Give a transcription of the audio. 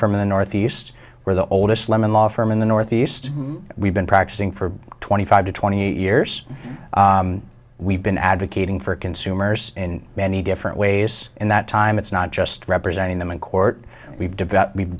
firm in the northeast where the oldest lemon law firm in the northeast we've been practicing for twenty five to twenty years we've been advocating for consumers in many different ways in that time it's not just representing them in court we've deve